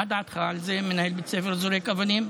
מה דעתך על זה, מנהל בית ספר שזורק אבנים?